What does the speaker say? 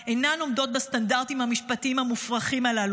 אינן עומדות בסטנדרטים המשפטיים המופרכים הללו.